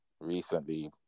recently